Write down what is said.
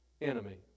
enemy